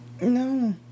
No